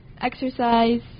exercise